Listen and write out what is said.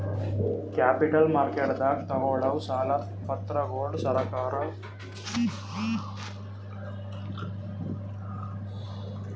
capital ಮಾರ್ಕೆಟ್ದಾಗ್ ತಗೋಳವ್ ಸಾಲದ್ ಪತ್ರಗೊಳ್ ಸರಕಾರದ ಆಗಿರ್ಬಹುದ್ ಇಲ್ಲಂದ್ರ ಯಾವದೇ ಸಂಸ್ಥಾದ್ನು ಆಗಿರ್ಬಹುದ್